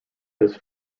this